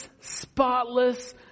spotless